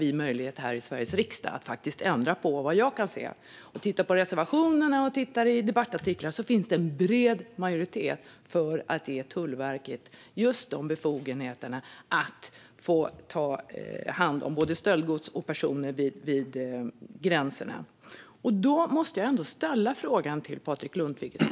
Det har vi här i Sveriges riksdag möjlighet att ändra på, och vad jag kan se efter att ha tittat på reservationerna och debattartiklar finns det en bred majoritet för att ge Tullverket just befogenheten att ta hand om både stöldgods och personer vid gränsen. Därför måste jag ändå ställa en fråga till Patrik Lundqvist.